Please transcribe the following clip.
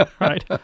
right